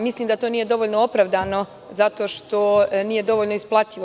Mislim da to nije dovoljno opravdano zato što nije dovoljno isplativo.